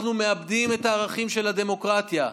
אנחנו מאבדים את הערכים של הדמוקרטיה.